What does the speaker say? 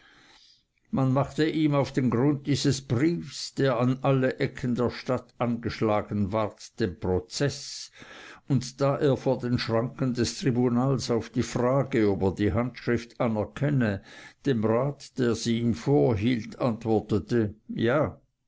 man machte ihm auf den grund dieses briefes der an alle ecken der stadt angeschlagen ward den prozeß und da er vor den schranken des tribunals auf die frage ob er die handschrift anerkenne dem rat der sie ihm vorhielt antwortete ja